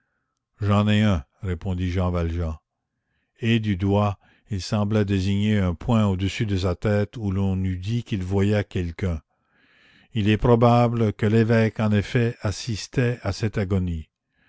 j'en ai un répondit jean valjean et du doigt il sembla désigner un point au-dessus de sa tête où l'on eût dit qu'il voyait quelqu'un il est probable que l'évêque en effet assistait à cette agonie